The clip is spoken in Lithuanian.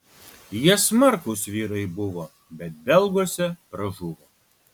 jie smarkūs vyrai buvo bet belguose pražuvo